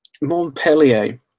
Montpellier